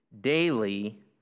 daily